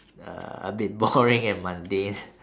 uh a bit boring and mundane